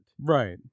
Right